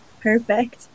Perfect